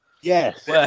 Yes